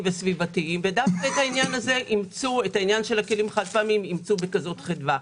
וסביבתיים ודווקא את העניין של הכלים החד-פעמיים אימצו בכזאת חדווה.